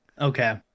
okay